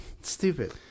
Stupid